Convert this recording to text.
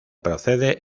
procede